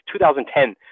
2010